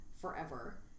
forever